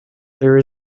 there